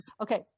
okay